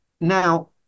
Now